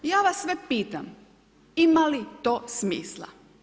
Ja vas sve pitam, ima li to smisla?